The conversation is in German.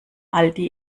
aldi